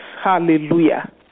Hallelujah